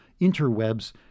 interwebs